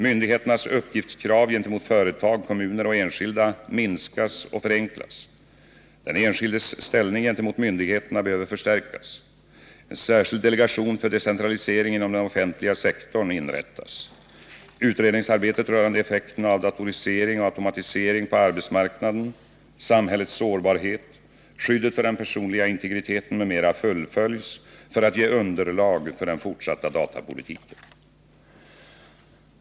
Myndigheternas uppgiftskrav gentemot företag, kommuner och enskilda minskas och förenklas. Den enskildes ställning gentemot myndigheterna behöver förstärkas. En särskild delegation för decentralisering inom den offentliga sektorn inrättas. Utredningsarbetet rörande effekterna av datorisering och automatisering på arbetsmarknaden, samhällets sårbarhet, skyddet för den personliga integriteten m.m. fullföljs för att ge underlag för den fortsatta datapolitiken.